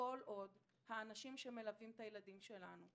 כל עוד האנשים שמלווים את הילדים שלנו,